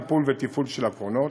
טיפול ותפעול בקרונות.